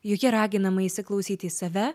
joje raginama įsiklausyti į save